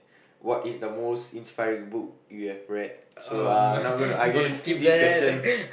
what is the most inspiring book you have read so uh now gonna I gonna skip this question